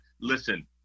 Listen